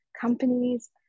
companies